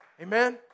Amen